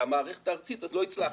זו המערכת הארצית אז לא הצלחת.